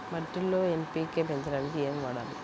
మట్టిలో ఎన్.పీ.కే పెంచడానికి ఏమి వాడాలి?